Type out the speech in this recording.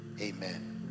amen